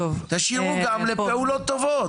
תשאירו גם לפעולות טובות.